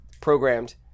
programmed